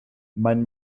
mein